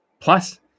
Plus